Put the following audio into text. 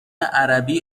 عربی